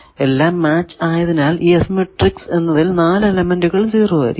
എല്ലാം മാച്ച് ആയതിനാൽ ഈ S മാട്രിക്സ് എന്നതിൽ 4 എലെമെന്റുകൾ 0 ആയിരിക്കും